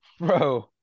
Bro